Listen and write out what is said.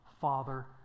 Father